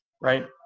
right